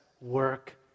work